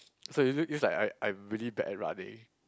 so it it like I I'm really bad at running